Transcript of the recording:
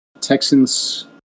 Texans